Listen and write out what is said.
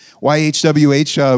Y-H-W-H